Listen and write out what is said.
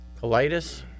Colitis